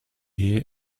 hear